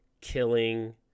killing